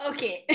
Okay